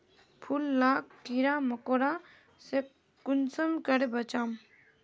फूल लाक कीड़ा मकोड़ा से कुंसम करे बचाम?